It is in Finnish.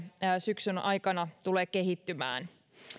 syksyn aikana tulee kehittymään